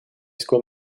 school